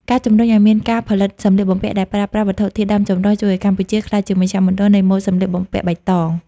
ការជំរុញឱ្យមានការផលិតសម្លៀកបំពាក់ដែលប្រើប្រាស់វត្ថុធាតុដើមចម្រុះជួយឱ្យកម្ពុជាក្លាយជាមជ្ឈមណ្ឌលនៃម៉ូដសម្លៀកបំពាក់បៃតង។